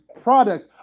products